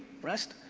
rest,